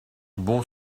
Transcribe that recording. bon